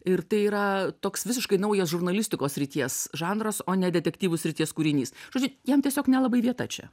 ir tai yra toks visiškai naujas žurnalistikos srities žanras o ne detektyvų srities kūrinys žodžiu jam tiesiog nelabai vieta čia